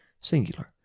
Singular